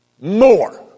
more